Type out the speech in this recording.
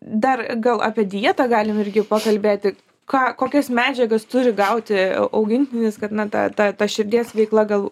dar gal apie dietą galim irgi pakalbėti ką kokias medžiagas turi gauti au augintinis kad na ta ta ta širdies veikla gal